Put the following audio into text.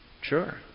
Sure